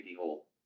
Hole